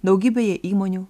daugybėje įmonių